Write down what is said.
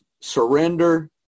surrender